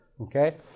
Okay